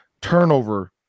turnover